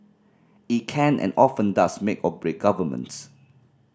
it can and often does make or break governments